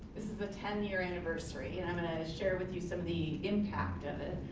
this is the ten year anniversary and i'm gonna and share with you some of the impact of it,